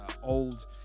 old